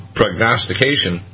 prognostication